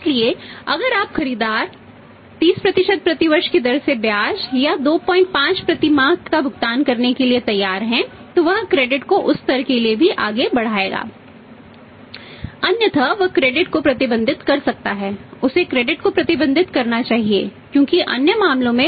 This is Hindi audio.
इसलिए अगर अब खरीदार 30 प्रति वर्ष की दर से ब्याज या 25 प्रति माह का भुगतान करने के लिए तैयार है तो वह क्रेडिट में